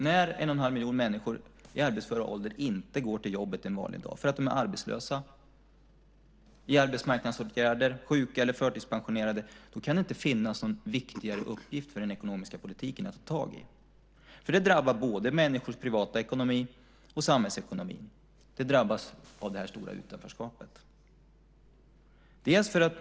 När en och en halv miljon människor i arbetsför ålder inte går till jobbet en vanlig dag därför att de är arbetslösa, i arbetsmarknadsåtgärder, sjuka eller förtidspensionerade kan det inte finnas någon viktigare uppgift för den ekonomiska politiken att ta tag i. Det drabbar både människors privata ekonomi och samhällsekonomin. De drabbas av detta stora utanförskap.